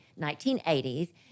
1980s